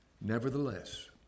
Nevertheless